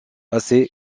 assez